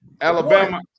Alabama